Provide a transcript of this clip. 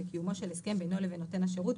בקיומו של הסכם בינו לבין נותן השירות,